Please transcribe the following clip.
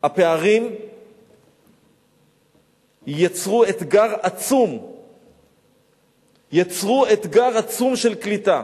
שהפערים יצרו אתגר עצום של קליטה.